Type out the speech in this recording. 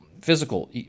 physical